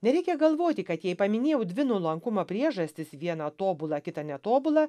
nereikia galvoti kad jei paminėjau dvi nuolankumo priežastis vieną tobulą kitą netobulą